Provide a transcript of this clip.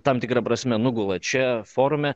tam tikra prasme nugula čia forume